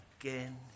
again